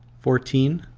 fourteen,